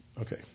Okay